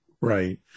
Right